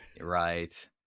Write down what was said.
Right